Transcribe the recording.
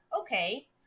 Okay